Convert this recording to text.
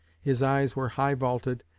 his eyes were high-vaulted,